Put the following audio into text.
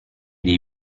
dei